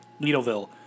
Needleville